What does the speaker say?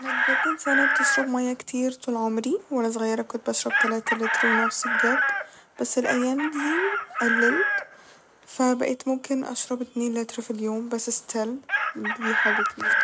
أنا بجد انسانة بتشرب مية كتير طول عمري ، وأنا صغيرة كت بشرب تلاتة لتر ونص بجد بس الأيام دي قللت ف بقيت ممكن أشرب اتنين لتر ف اليوم بس ستيل دي حاجة كبيرة